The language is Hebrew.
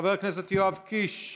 חבר הכנסת יואב איש,